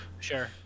sure